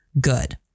good